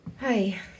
Hi